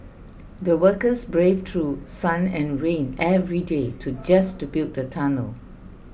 the workers braved through sun and rain every day to just to build the tunnel